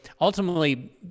ultimately